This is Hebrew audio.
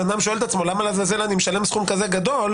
בן אדם שואל את עצמו: למה לעזאזל אני משלם סכום כזה גדול,